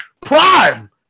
Prime